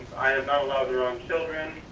i am not allowed around children.